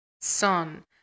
son